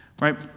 right